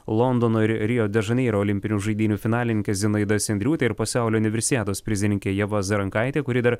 londono ir rio de žaneiro olimpinių žaidynių finalininkė zinaida sendriūtė ir pasaulio universiados prizininkė ieva zarankaitė kuri dar